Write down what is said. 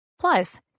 Plus